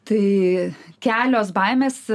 tai kelios baimės